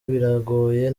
biragoye